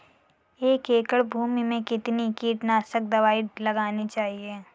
एक एकड़ भूमि में कितनी कीटनाशक दबाई लगानी चाहिए?